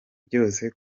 byose